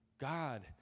God